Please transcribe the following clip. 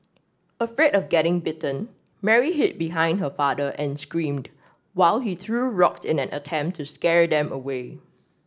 afraid of getting bitten Mary hid behind her father and screamed while he threw rocks in an attempt to scare them away